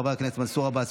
חברי הכנסת מנסור עבאס,